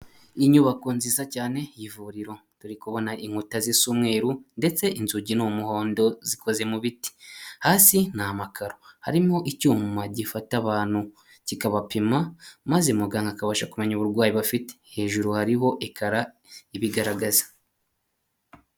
Inyubako nziza cyane y'ivuriro turi kubona inkuta zisa umweru ndetse inzugi n'umuhondo zikoze mu biti hasi ni amakaro harimo icyuma gifata abantu kikabapima maze muganga akabasha kumenya uburwayi bafite hejuru hariho ikara ibigaragaza.